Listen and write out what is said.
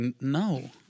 no